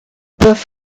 peuvent